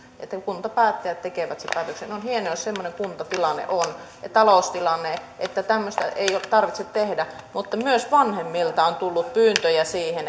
kuntapäättäjät tekevät sen päätöksen on hienoa jos semmoinen kuntatilanne ja taloustilanne on että tämmöistä ei tarvitse tehdä mutta myös vanhemmilta on tullut pyyntöjä